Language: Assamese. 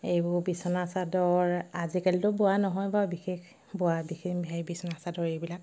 এইবোৰ বিছনা চাদৰ আজিকালিতো বোৱা নহয় বাৰু বিশেষ বোৱা বিশেষ হেৰি বিচনা চাদৰ এইবিলাক